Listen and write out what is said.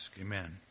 Amen